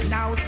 Now